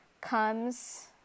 comes